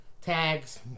tags